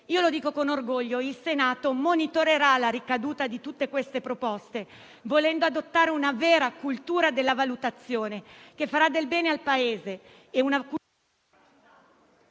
Lo dico con orgoglio: il Senato monitorerà la ricaduta di tutte queste proposte, volendo adottare una vera cultura della valutazione che farà del bene al Paese